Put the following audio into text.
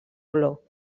olor